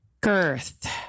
Girth